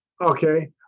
Okay